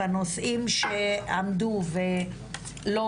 בנושאים שעמדו ולא